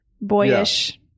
boyish